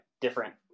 different